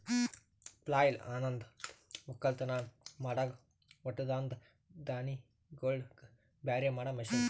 ಪ್ಲಾಯ್ಲ್ ಅನಂದ್ ಒಕ್ಕಲತನ್ ಮಾಡಾಗ ಹೊಟ್ಟದಾಂದ ದಾಣಿಗೋಳಿಗ್ ಬ್ಯಾರೆ ಮಾಡಾ ಮಷೀನ್